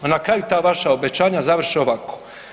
A na kraju ta vaša obećanja završe ovako.